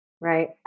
right